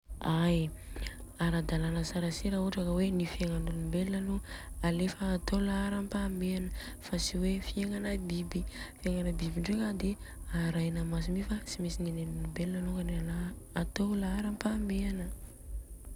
Ai ara-dalana tsara si ra ohatra ka hoe n'y fiegnan'olombelona atô laharampamehana, fa tsy hoe fiegnana biby. Fiegnana biby ndreka de arahina maso mi fa tsy mentsy nen'olombelona lôka atô laharampamehana.